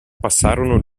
passarono